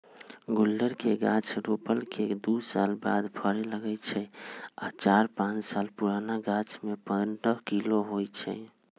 गुल्लर के गाछ रोपला के दू साल बाद फरे लगैए छइ आ चार पाच साल पुरान गाछमें पंडह किलो होइ छइ